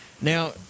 now